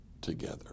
together